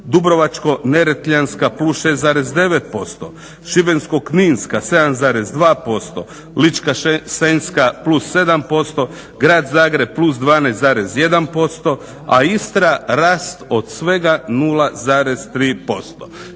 Dubrovačko-neretvanska +6,9%, Šibensko-kninska 7,2%, Ličko-senjska +7%, grad Zagreb +12,1% a Istra rast od svega 0,3%